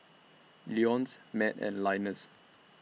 Leonce Matt and Linus